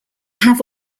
have